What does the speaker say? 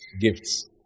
gifts